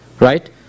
right